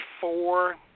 four